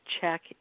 check